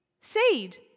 seed